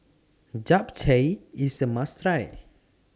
Japchae IS A must Try